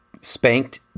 spanked